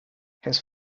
his